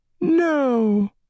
No